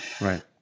Right